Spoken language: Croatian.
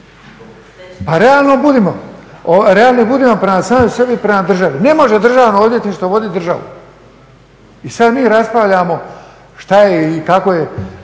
radili. Realni budimo prema sami sebi prema državi. Ne može Državno odvjetništvo voditi državu i sada mi raspravljamo šta je i kako je